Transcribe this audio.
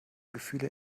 gefühle